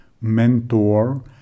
mentor